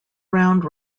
round